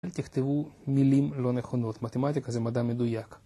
אל תכתבו מילים לא נכונות. מתמטיקה זה מדע מדויק.